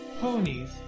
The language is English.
Ponies